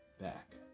back